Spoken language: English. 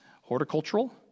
horticultural